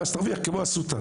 ותרוויח כמו אסותא.